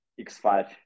X5